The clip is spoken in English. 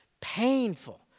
Painful